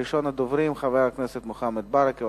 ראשון הדוברים הוא חבר הכנסת מוחמד ברכה.